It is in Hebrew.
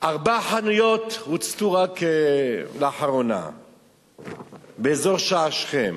ארבע חנויות הוצתו רק לאחרונה באזור שער שכם,